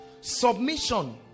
submission